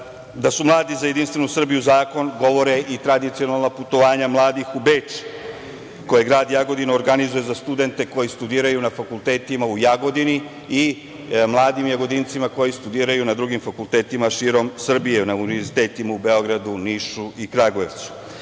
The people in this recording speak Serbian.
su mladi za Jedinstvenu Srbiju zakon govore i tradicionalna putovanja mladih u Beč, grad Jagodina organizuje za studente koji studiraju na fakultetima u Jagodini i mladim jagodincima koji studiraju na drugim fakultetima širom Srbije, na univerzitetu u Beogradu, Nišu i Kragujevcu. To